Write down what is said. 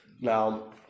Now